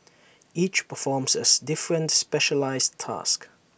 each performs A different specialised task